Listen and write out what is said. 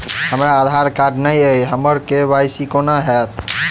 हमरा आधार कार्ड नै अई हम्मर के.वाई.सी कोना हैत?